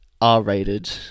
R-rated